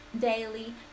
daily